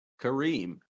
Kareem